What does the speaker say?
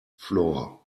floor